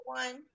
one